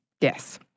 Yes